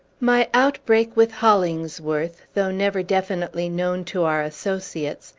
my outbreak with hollingsworth, though never definitely known to our associates,